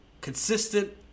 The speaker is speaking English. consistent